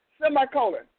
semicolon